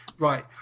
right